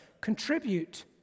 Contribute